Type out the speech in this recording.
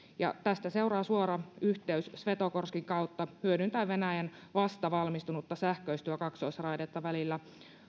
ja tästä seuraa suora yhteys svetogorskin kautta hyödyntäen venäjän vasta valmistunutta sähköistettyä kaksoisraidetta välillä